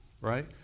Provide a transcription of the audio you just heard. Right